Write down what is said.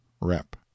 rep